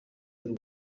y’u